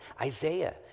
Isaiah